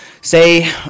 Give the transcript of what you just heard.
Say